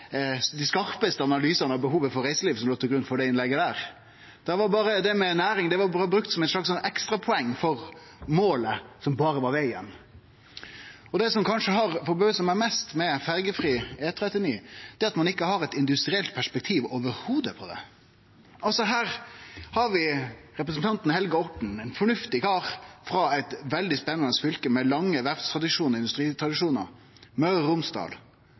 skarpaste analysane av behovet for reiseliv som låg til grunn for det innlegget. Det med næring var berre brukt som eit slags ekstrapoeng for målet, som var vegen. Det som kanskje har forbausa meg mest med ferjefri E39, er at ein ikkje i det heile har eit industrielt perspektiv på det. Altså: Her har vi representanten Helge Orten, ein fornuftig kar frå eit veldig spennande fylke, med lange verftstradisjonar og industritradisjonar generelt, Møre og Romsdal,